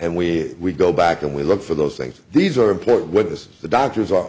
and we go back and we look for those things these are important witnesses the doctors are